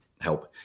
help